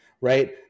right